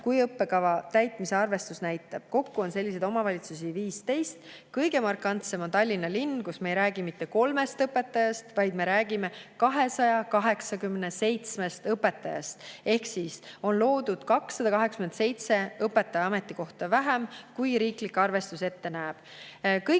kui õppekava täitmise arvestus näitab, kokku on selliseid omavalitsusi 15. Kõige markantsem on Tallinna linn, kus me ei räägi mitte kolmest õpetajast, vaid me räägime 287 õpetajast ehk on loodud 287 õpetaja ametikohta vähem, kui riiklik arvestus ette näeb.